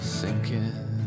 sinking